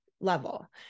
level